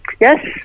yes